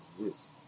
exist